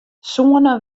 soenen